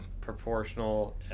proportional